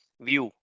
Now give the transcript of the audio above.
view